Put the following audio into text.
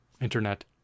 internet